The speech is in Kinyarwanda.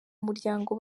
muryango